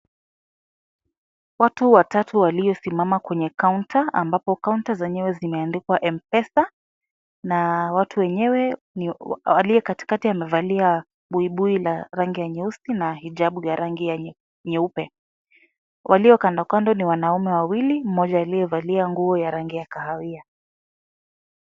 Watu watatu waliosimama kwenye kaunta ambapo kaunta zenyewe zimeandikwa Mpesa na watu wenyewe. Aliyekatikati amevalia buibui la rangi ya nyeusi na hijabu ya rangi ya nyeupe. Walio kandokando ni wanaume wawili. Mmoja aliyevalia nguo ya rangi ya kahawia.